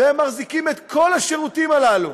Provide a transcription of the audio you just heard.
והם מחזיקים את כל השירותים הללו,